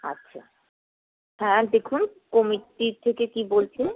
আচ্ছা হ্যাঁ দেখুন কমিটির থেকে কী বলছে